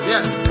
Yes